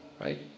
Right